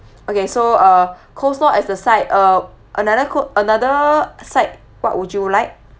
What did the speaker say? okay so uh coleslaw as the side uh another cole~ another side what would you like